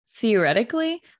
Theoretically